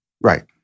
Right